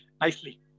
nicely